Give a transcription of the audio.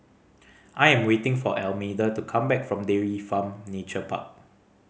I am waiting for Almeda to come back from Dairy Farm Nature Park